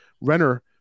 Renner